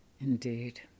Indeed